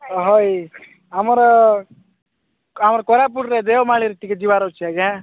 ଓ ହଇ ଆମର ଆମର କୋରାପୁଟରେ ଦେଓମାଳିରେ ଟିକେ ଯିବାର ଅଛି ଆଜ୍ଞା